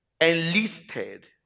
enlisted